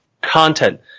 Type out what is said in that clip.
content